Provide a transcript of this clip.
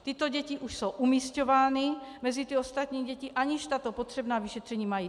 Tyto děti už jsou umisťovány mezi ostatní děti, aniž tato potřebná vyšetření mají.